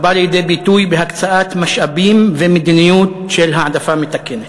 הבא לידי ביטוי בהקצאת משאבים ומדיניות של העדפה מתקנת.